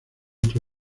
otro